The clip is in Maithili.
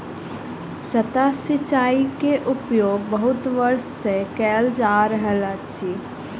सतह सिचाई के उपयोग बहुत वर्ष सँ कयल जा रहल अछि